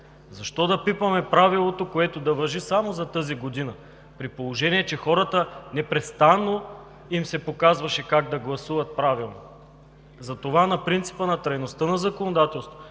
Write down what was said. Защо да пипаме правилото, което да важи само за тази година, при положение че на хората непрестанно им се показваше как да гласуват правилно? Затова на принципа на трайността на законодателството,